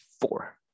Four